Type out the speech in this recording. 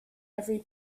every